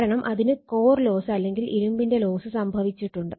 കാരണം അതിന് core loss അല്ലെങ്കിൽ ഇരുമ്പിന്റെ ലോസ് സംഭവിച്ചിട്ടുണ്ട്